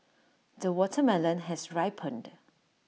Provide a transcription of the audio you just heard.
the watermelon has ripened